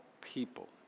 people